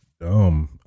Dumb